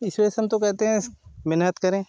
इस वजह से हम तो कहते हैं मेहनत करें